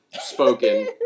spoken